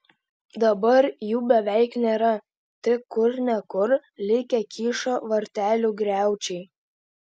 dabar jų beveik nėra tik kur ne kur likę kyšo vartelių griaučiai